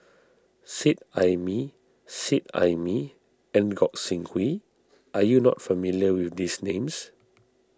Seet Ai Mee Seet Ai Mee and Gog Sing Hooi are you not familiar with these names